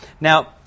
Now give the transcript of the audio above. Now